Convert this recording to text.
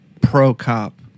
pro-cop